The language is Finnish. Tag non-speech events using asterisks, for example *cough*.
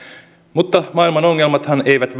mutta maailman ongelmathan eivät *unintelligible*